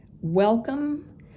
welcome